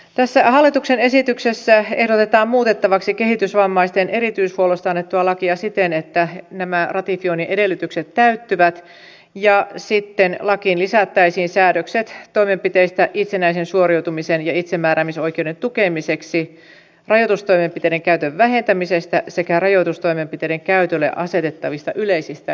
tässä hallituksen esityksessä ehdotetaan muutettavaksi kehitysvammaisten erityishuollosta annettua lakia siten että nämä ratifioinnin edellytykset täyttyvät ja sitten lakiin lisättäisiin säädökset toimenpiteistä itsenäisen suoriutumisen ja itsemääräämisoikeuden tukemiseksi rajoitustoimenpiteiden käytön vähentämisestä sekä rajoitustoimenpiteiden käytölle asetettavista yleisistä edellytyksistä